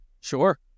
Sure